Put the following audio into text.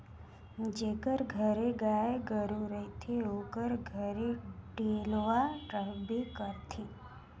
जेकर घरे गाय गरू रहथे ओकर घरे डेलवा रहबे करथे